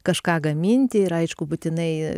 kažką gaminti ir aišku būtinai